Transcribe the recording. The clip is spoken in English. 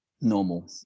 normal